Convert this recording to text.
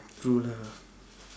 true lah